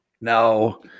no